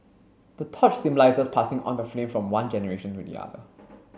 the torch symbolises passing on the flame from one generation to the other